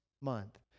month